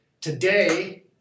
Today